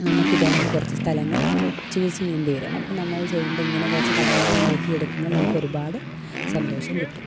നമുക്ക് ഇത് കണക്ക് കുറച്ച് സ്ഥലങ്ങൾ ചൂസ് ചെയ്യേണ്ടിവരും അപ്പം നമ്മൾ ചെയ്യേണ്ട ഇങ്ങനെ കുറച്ച് ഘടകങ്ങൾ നോക്കിയെടുക്കുമ്പോൾ നമുക്ക് ഒരുപാട് സന്തോഷം കിട്ടും